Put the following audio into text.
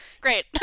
Great